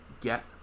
get